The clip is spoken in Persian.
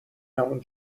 همون